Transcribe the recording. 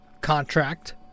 contract